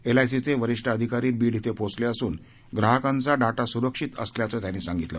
एलआयसीचे वरिष्ठ आधिकारी बीड िंग पोहचले असून ग्राहकांचा डाटा सुरक्षित असल्याचं त्यांनी सागितलं